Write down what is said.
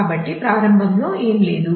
కాబట్టి ప్రారంభంలో ఏమీ లేదు